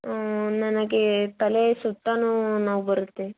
ನನಗೆ ತಲೆ ಸುತ್ತನೂ ನೋವು ಬರುತ್ತೆ